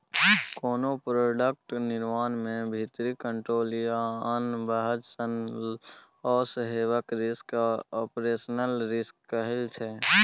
कोनो प्रोडक्ट निर्माण मे भीतरी कंट्रोल या आन बजह सँ लौस हेबाक रिस्क आपरेशनल रिस्क कहाइ छै